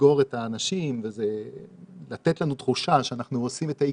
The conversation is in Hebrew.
לסגור את האנשים וזה נותן לנו תחושה שאנחנו עושים את העיקר,